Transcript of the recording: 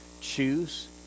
Choose